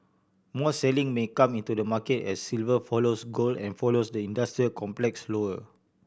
more selling may come into the market as silver follows gold and follows the industrial complex lower